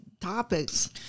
topics